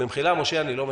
במחילה משה, אני לא מקבל.